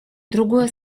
другое